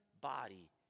body